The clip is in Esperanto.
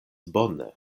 bone